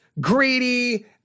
greedy